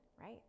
right